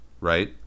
right